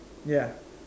ya